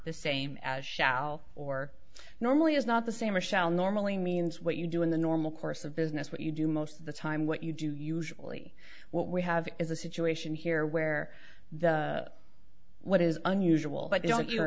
the same as shall or normally is not the same or shall normally means what you do in the normal course of business what you do most of the time what you do usually what we have is a situation here where the what is unusual but